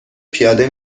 پیاده